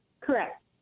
Correct